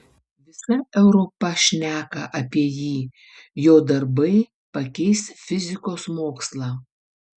visa europa šneka apie jį jo darbai pakeis fizikos mokslą